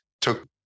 took